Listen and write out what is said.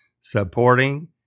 supporting